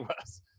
worse